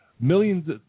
Millions